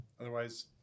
Otherwise